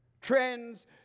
Trends